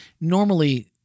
normally